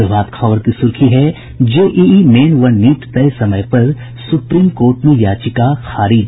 प्रभात खबर का सुर्खी है जेइइ मेन व नीट तय समय पर सुप्रीम कोर्ट में याचिका खारिज